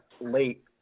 late